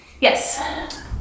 Yes